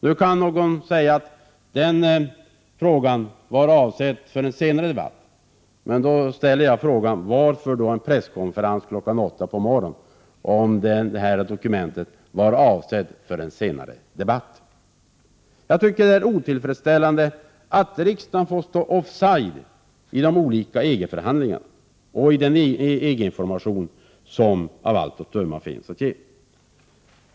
Nu kan någon invända att informationen var avsedd för en senare debatt, men då ställer jag frågan: Varför ordna en presskonferens kl. 8 på morgonen, om det här dokumentet var avsett för en senare debatt? Det är otillfredsställande att riksdagen får stå så offside i de olika EG-förhandlingarna och när det gäller den EG-information som av allt att döma finns att ge.